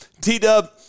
T-Dub